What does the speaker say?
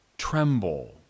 tremble